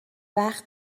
وقت